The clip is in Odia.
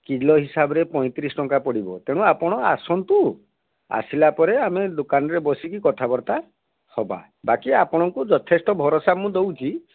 କିଲୋ ହିସାବରେ ପଇଁତିରିଶ ଟଙ୍କା ପଡ଼ିବ ତେଣୁ ଆପଣ ଆସନ୍ତୁ ଆସିଲା ପରେ ଆମେ ଦୋକାନରେ ବସିକି କଥାବାର୍ତ୍ତା ହେବା ବାକି ଆପଣଙ୍କୁ ଯଥେଷ୍ଟ ଭରଷା ମୁଁ ଦେଉଛି